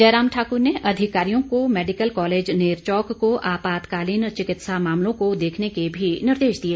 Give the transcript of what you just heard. जयराम ठाकुर ने अधिकारियों को मैडिकल कॉलेज नेरचौक को आपातकालीन चिकित्सा मामलों को देखने के भी निर्देश दिए